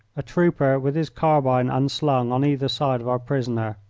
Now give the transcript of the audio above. a trooper with his carbine unslung on either side of our prisoner.